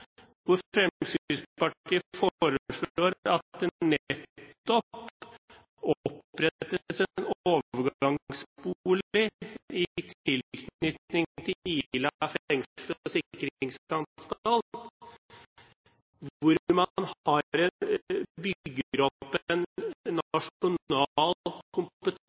foreslår at det opprettes en overgangsbolig i tilknytning til Ila fengsel og forvaringsanstalt, hvor man bygger opp en